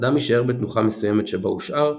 (האדם יישאר בתנוחה מסוימת שבו הושאר,